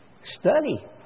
study